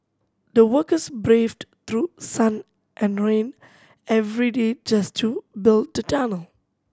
the workers braved through sun and rain every day just to build the tunnel